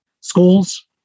schools